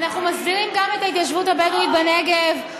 אנחנו מסדירים גם את ההתיישבות הבדואית בנגב.